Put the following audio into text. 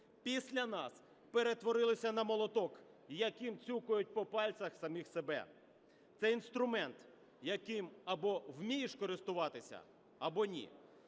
після нас перетворилися на молоток, яким цюкають по пальцях самих себе. Це інструмент, яким або вмієш користуватися, або ні.